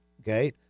Okay